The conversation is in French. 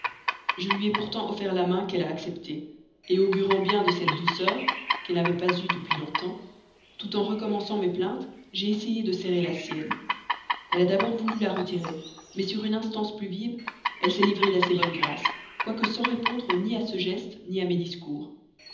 je lui ai pourtant offert la main qu'elle a acceptée augurant bien de cette douceur qu'elle n'avait pas eue depuis longtemps tout en recommençant mes plaintes j'ai essayé de la serrer elle a d'abord voulu la retirer mais sur une instance plus vive elle s'est livrée d'assez bonne grâce quoique sans répondre ni à ce geste ni à mes discours